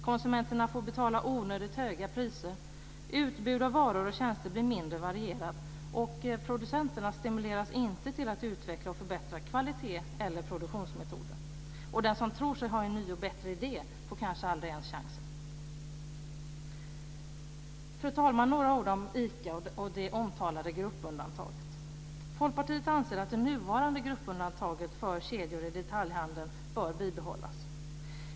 Konsumenterna får betala onödigt höga priser, utbud av varor och tjänster blir mindre varierat och producenterna stimuleras inte till att utveckla och förbättra kvalitet och produktionsmetoder. Den som tror sig ha en ny och bättre idé får kanske aldrig ens chansen. Fru talman! Låt mig säga några ord om ICA och det omtalade gruppundantaget. Folkpartiet anser att det nuvarande gruppundantaget för kedjor i detaljhandeln bör bibehållas.